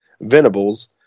Venables